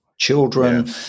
children